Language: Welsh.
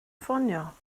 ffonio